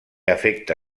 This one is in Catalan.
afecta